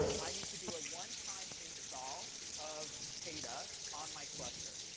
i need to do a one-time install of kada on my cluster.